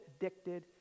addicted